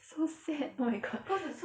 so sad oh my god but it's